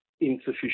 insufficient